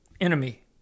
enemy